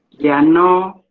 they are now